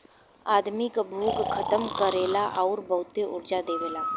आदमी क भूख खतम करेला आउर बहुते ऊर्जा देवेला